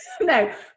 No